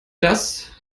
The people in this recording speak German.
dass